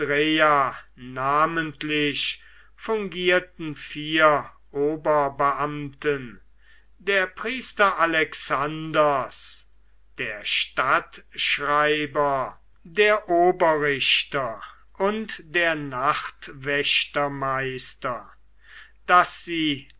fungierten vier oberbeamten der priester alexanders der stadtschreiber der oberrichter und der nachtwächtermeister daß sie